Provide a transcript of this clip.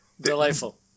delightful